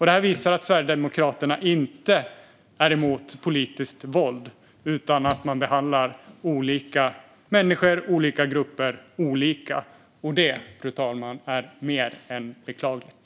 Det här visar att Sverigedemokraterna inte är emot politiskt våld utan behandlar olika människor och olika grupper olika. Det, fru talman, är mer än beklagligt.